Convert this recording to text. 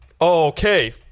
Okay